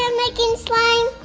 um making slime.